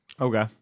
Okay